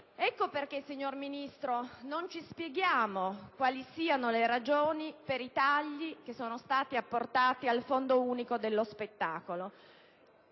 Ecco perché, signor Ministro, non ci spieghiamo quali siano le ragioni dei tagli apportati al Fondo unico per lo spettacolo,